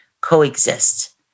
coexist